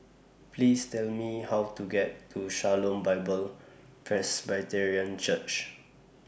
Please Tell Me How to get to Shalom Bible Presbyterian Church